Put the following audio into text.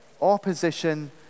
opposition